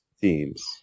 teams